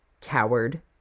Coward